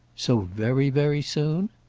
so very very soon?